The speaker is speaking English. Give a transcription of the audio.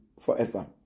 forever